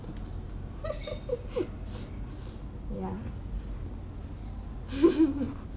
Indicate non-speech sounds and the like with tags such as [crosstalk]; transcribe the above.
[laughs] ya [laughs]